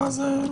אתם